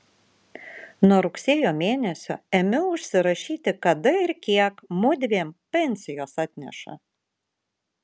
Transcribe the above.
nuo rugsėjo mėnesio ėmiau užsirašyti kada ir kiek mudviem pensijos atneša